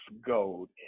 gold